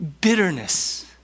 bitterness